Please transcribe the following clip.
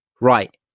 Right